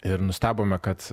ir nustebome kad